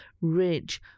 rich